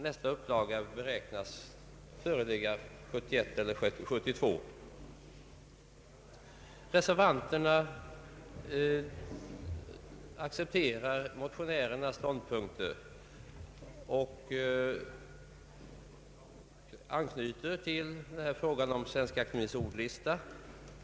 Nästa upplaga beräknas föreligga 1971 eller 1972. Reservanterna accepterar motionärernas ståndpunkt och anknyter till frågan om Svenska akademiens ordlista.